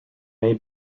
may